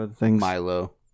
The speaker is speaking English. Milo